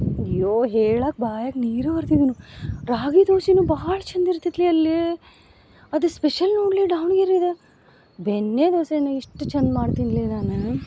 ಅಯ್ಯೋ ಹೇಳಕ್ಕೆ ಬಾಯಾಗಿ ನೀರುರ್ತಿದುನು ರಾಗಿ ದೋಸೆನೂ ಭಾಳ ಚಂದ ಇರ್ತೈತೆ ಲೇ ಅಲ್ಲೇ ಅದು ಸ್ಪೆಷಲ್ ನೋಡಲೇ ದಾವಣಗೆರೆಯಿಂದ ಬೆಣ್ಣೆದೋಸೆನ ಎಷ್ಟು ಚಂದ ಮಾಡ್ತಿನ್ಲೇ ನಾನು